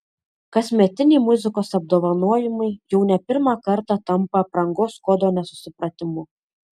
kasmetiniai muzikos apdovanojimai jau ne pirmą kartą tampa aprangos kodo nesusipratimu